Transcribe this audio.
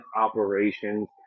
operations